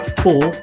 four